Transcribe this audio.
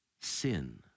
sin